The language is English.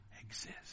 exist